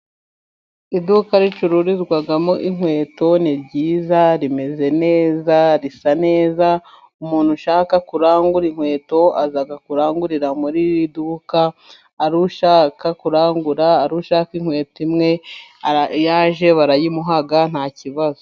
Iduka ricururizwamo inkweto ni ryiza, rimeze neza, risa neza. Umuntu ushaka kurangura inkweto aza kurangurira muri iri duka. Ari ushaka kurangura, ari ushaka inkweto imwe, iyo aje barayimuha nta kibazo.